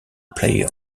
player